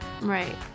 Right